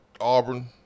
Auburn